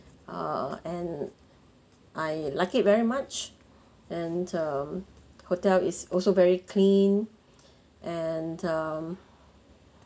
err and I like it very much and um hotel is also very clean and um